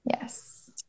Yes